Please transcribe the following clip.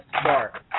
start